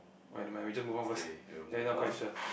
when my region both of us then I'm not quite sure